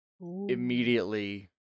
Immediately